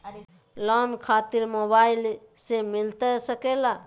Loan खातिर mobile से मिलता सके?